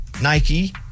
Nike